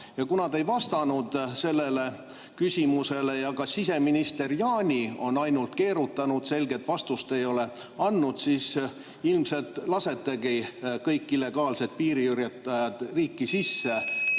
Ja kuna te ei vastanud sellele küsimusele ja ka siseminister Jaani on ainult keerutanud, selget vastust ei ole andnud, siis ilmselt lasetegi kõik illegaalsed piiriületajad riiki sisse.